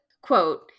Quote